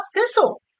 Thistle